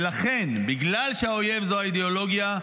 ולכן, בגלל שהאויב זה האידיאולוגיה,